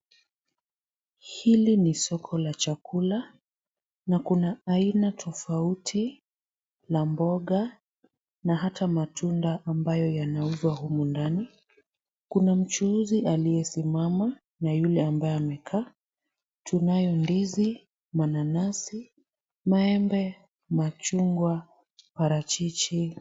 Hili ni soko la chakula na kuna aina tofauti la mboga na hata matunda ambayo yanauzwa humu ndani. Kuna mchuuzi aliyesimama na yule ambaye amekaa. Tunayo ndizi, mananasi, maembe, machungwa, parachichi.